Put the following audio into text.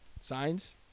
Signs